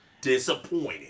disappointed